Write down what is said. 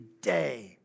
day